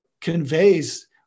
conveys